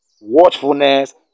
watchfulness